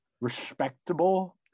respectable